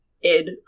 id